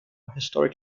historic